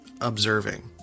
observing